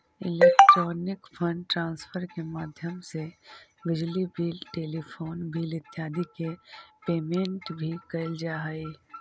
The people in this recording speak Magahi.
इलेक्ट्रॉनिक फंड ट्रांसफर के माध्यम से बिजली बिल टेलीफोन बिल इत्यादि के पेमेंट भी कैल जा हइ